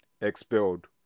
expelled